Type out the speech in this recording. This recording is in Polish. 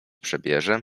przebierze